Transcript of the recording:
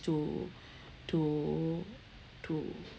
to to to